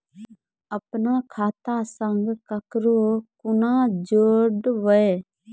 अपन खाता संग ककरो कूना जोडवै?